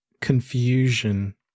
confusion